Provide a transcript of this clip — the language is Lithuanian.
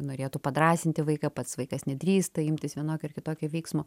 norėtų padrąsinti vaiką pats vaikas nedrįsta imtis vienokio ar kitokio veiksmo